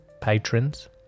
patrons